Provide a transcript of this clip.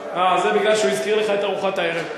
אה, זה מפני שהוא הזכיר לך את ארוחת הערב.